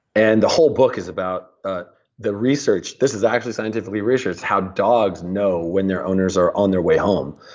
and the whole book is about ah the research. this is actually scientifically researched how dogs know when their owners are on their way home.